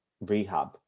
rehab